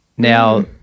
Now